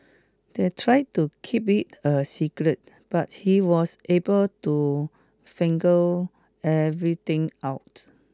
they tried to keep it a secret but he was able to figure everything out